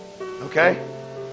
Okay